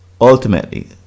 Ultimately